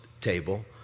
table